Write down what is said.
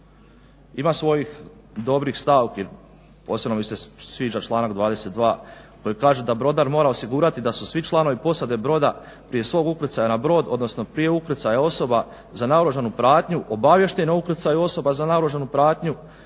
ima svojih dobrih stavki, posebno mi se sviđa članak 22. koji kaže da brodar mora osigurati da su svi članovi posade broda prije svog ukrcaja na brod odnosno prije ukrcaja osoba za naoružanu pratnju obaviještene o ukrcaju osoba za naoružanu pratnju